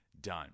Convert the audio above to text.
done